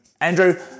Andrew